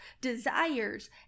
desires